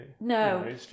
No